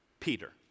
Peter